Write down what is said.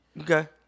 Okay